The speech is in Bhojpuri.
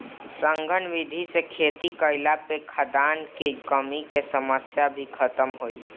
सघन विधि से खेती कईला पे खाद्यान कअ कमी के समस्या भी खतम होई